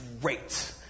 great